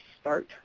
start